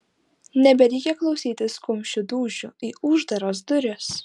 nebereikia klausytis kumščių dūžių į uždaras duris